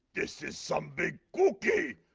this is some big cookie.